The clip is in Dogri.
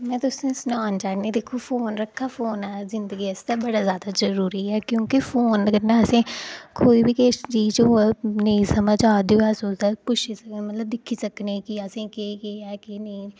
में तुसेंई सनाना चाह्न्नीं जेह्का फोन रक्खे दा फोन जिंदगी आस्तै बड़ा जादा जरुरी ऐ क्योंकी फोन कन्नै असेंगी कोई बी किश होए नेईं समझ आ दी अ ओह्दा पुच्छी सकने मतलब दिक्खी सकने असेंई केह् केह् ऐ केह् नेईं